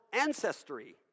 ancestry